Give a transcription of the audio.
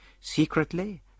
Secretly